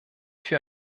für